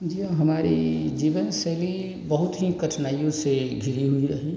जो हमारी जीवनशैली बहुत ही कठिनाइयों से घिरी हुई रही